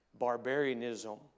barbarianism